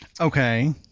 Okay